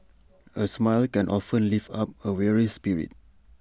A smile can often lift up A weary spirit